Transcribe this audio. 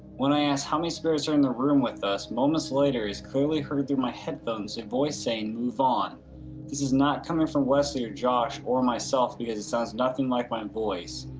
when i asked how many sparrows are in the room with us. momus loiters gooley heard through my headphones and voice saying vaughn is not coming from wesley or josh or myself because it sounds nothing like my and voice.